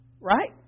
right